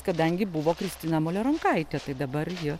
kadangi buvo kristina muleronkaitė tai dabar ji